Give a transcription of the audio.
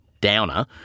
Downer